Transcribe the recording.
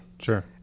sure